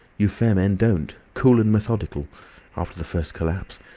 you fair men don't. cool and methodical after the first collapse.